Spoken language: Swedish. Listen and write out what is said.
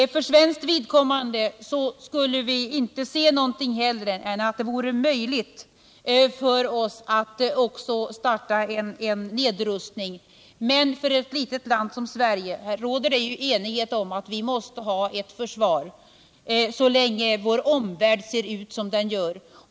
För svenskt vidkommande skulle vi inte se någonting hellre än att det vore möjligt för oss att också starta en nedrustning. Men det råder ju enighet om att vi i ett litet land som Sverige måste ha ett försvar så länge vår omvärld ser ut som den gör.